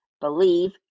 believe